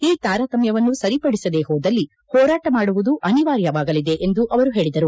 ಈ ತಾರತಮ್ನವನ್ನು ಸರಿಪಡಿಸದೇ ಹೋದಲ್ಲಿ ಹೋರಾಟ ಮಾಡುವುದು ಅನಿರ್ವಾಯವಾಗಲಿದೆ ಎಂದು ಅವರು ಹೇಳಿದರು